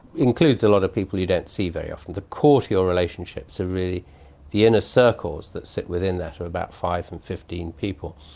includes a lot of people you don't see very often. the core to your relationships are really the inner circles that sit within that of about five and fifteen people.